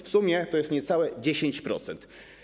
W sumie to jest niecałe 10%.